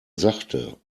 sachte